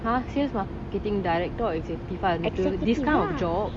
huh sales marking director or executive ah this kind of job